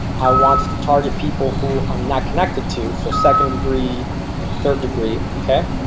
i want to target people who i'm not connected to so second degree third degree. okay